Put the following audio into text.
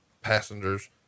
passengers